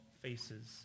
faces